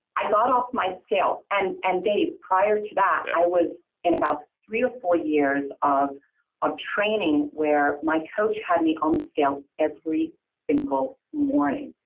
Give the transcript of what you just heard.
i got off my scale. and and dave prior to that, i was in about three or four years of ah training where my coach had me on the scale every single morning.